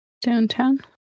Downtown